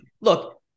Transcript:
Look